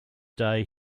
day